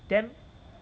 then